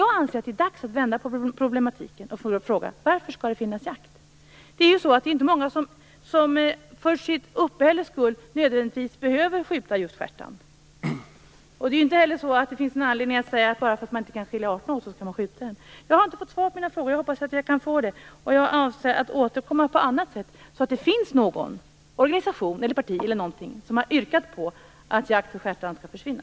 Jag anser att det är dags att vända på problematiken och fråga: Varför skall det finnas jakt? Det är ju inte många som för sitt uppehälles skull nödvändigtvis behöver skjuta just stjärtand. Det finns inte heller någon anledning att säga att bara för att man inte kan skilja arterna åt skall man skjuta dem. Jag har inte fått svar på mina frågor. Jag hoppas att jag kan få det. Jag avser att återkomma på annat sätt så att det finns någon, organisation eller parti, som har yrkat på att jakt på stjärtand skall försvinna.